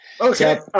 Okay